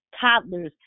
toddlers